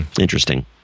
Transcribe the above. Interesting